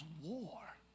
war